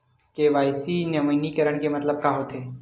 KYC नवीनीकरण के मतलब का होथे?